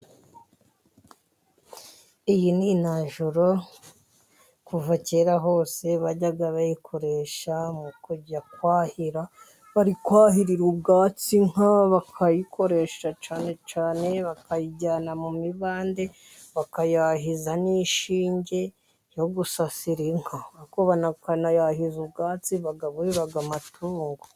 Iyi ni najoro kuva kera hose bajyaga bayikoresha mu kujya kwahira barikwahirira ubwatsi inka, bakayikoresha cyane cyane, bakayijyana mu mibande bakayahiza n'inshyinge yo gusasira inka, ariko banayahiza ubwatsi bwo gusasira amatungo.